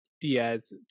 Diaz